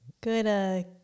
Good